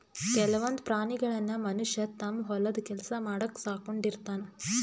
ಕೆಲವೊಂದ್ ಪ್ರಾಣಿಗಳನ್ನ್ ಮನಷ್ಯ ತಮ್ಮ್ ಹೊಲದ್ ಕೆಲ್ಸ ಮಾಡಕ್ಕ್ ಸಾಕೊಂಡಿರ್ತಾನ್